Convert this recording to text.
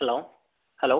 hello hello